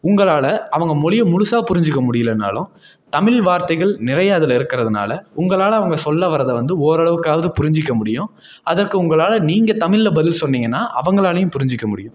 உங்களால் அவங்க மொழிய முழுசா புரிஞ்சிக்க முடியிலனாலும் தமிழ் வார்த்தைகள் நிறையா அதில் இருக்கிறதுனால உங்களால் அவங்க சொல்லவரதை வந்து ஓரளவுக்காவது புரிஞ்சுக்க முடியும் அதற்கு உங்களால் நீங்கள் தமிழில் பதில் சொன்னிங்கன்னா அவர்களாலையும் புரிஞ்சுக்க முடியும்